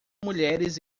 mulheres